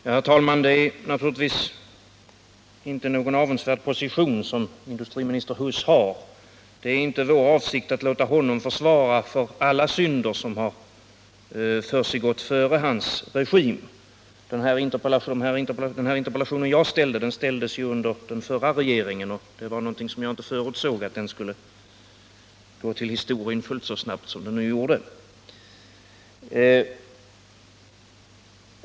Herr talman! Det är naturligtvis inte någon avundsvärd position som industriminister Huss har. Det är inte vår avsikt att låta honom få svara för alla synder som begåtts före hans regim. Den här interpellationen framställde jag ju under den förra regeringens tid, och jag förutsåg inte att den regeringen skulle gå till historien fullt så snabbt som den nu gjorde.